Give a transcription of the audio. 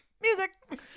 Music